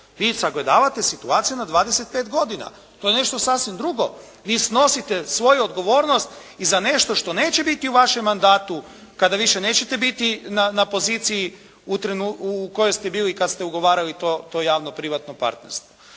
Vi sagledavate situaciju na 25 godina. To je nešto sasvim drugo. Vi snosite svoju odgovornost i za nešto što neće biti u vašem mandatu, kada više nećete biti na poziciji u kojoj ste bili kad ste ugovarali to javno-privatno partnerstvo.